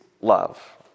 love